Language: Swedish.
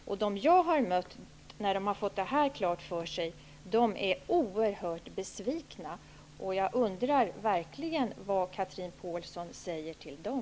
De föräldrar jag har mött som har fått det här klart för sig är nu oerhört besvikna, och jag undrar verkligen vad Chatrine Pålsson säger till dem.